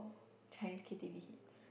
Chinese K_T_V hits